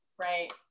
Right